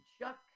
Chuck